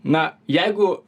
na jeigu